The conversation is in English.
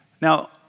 Now